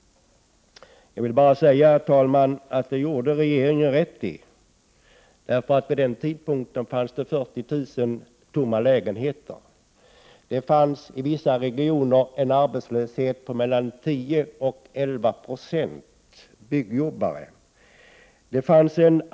Jag vill bara säga att det gjorde regeringen rätt i. Vid den tidpunkten fanns det 40 000 tomma lägenheter. Det fanns i vissa regioner en arbetslöshet bland byggnadsarbetare på mellan 10 och 11 96.